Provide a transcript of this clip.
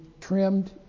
trimmed